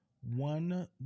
one